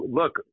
look